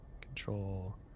Control